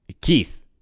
Keith